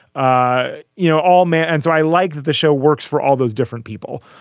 ah you know, all man. and so i like that the show works for all those different people.